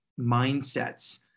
mindsets